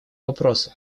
вопросы